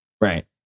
Right